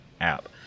app